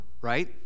right